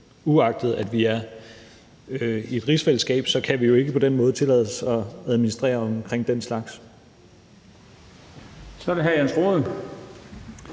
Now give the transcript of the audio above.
Uagtet at vi er i et rigsfællesskab, kan vi jo ikke på den måde tillade os at administrere omkring den slags. Kl. 13:47 Den fg.